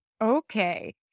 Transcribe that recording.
Okay